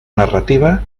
narrativa